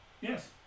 Yes